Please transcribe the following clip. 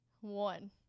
One